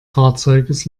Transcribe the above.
fahrzeugs